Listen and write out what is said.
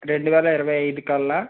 రెండు వేల ఇరవై ఐదు కల్లా